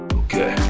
okay